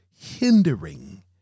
hindering